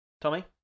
Tommy